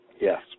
Yes